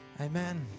Amen